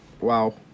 Wow